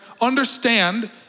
understand